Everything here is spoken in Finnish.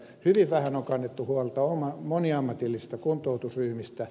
hyvin vähän on kannettu huolta moniammatillisista kuntoutusryhmistä